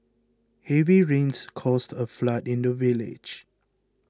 heavy rains caused a flood in the village